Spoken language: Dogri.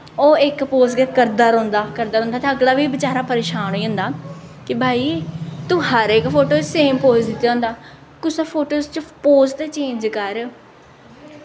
ओह् इक पोज़ गै करदा रौंह्दा करदा रौंह्दा ते अगल बी बचैरा परेशान होई जंदा कि भाई तूं हर इक फोटो च सेम पोज़ दित्ते दा होंदा कुसै फोटो च पोज़ ते चेंज कर